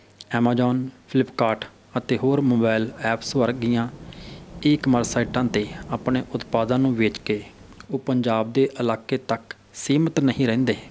Amazon Flipkart ਅਤੇ ਹੋਰ mobile apps ਵਰਗੀਆਂ ਈ ਕਮਰਸ ਸਾਈਟਾਂ 'ਤੇ ਆਪਣੇ ਉਤਪਾਦਾਂ ਨੂੰ ਵੇਚ ਕੇ ਉਹ ਪੰਜਾਬ ਦੇ ਇਲਾਕੇ ਤੱਕ ਸੀਮਤ ਨਹੀਂ ਰਹਿੰਦੇ